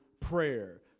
prayer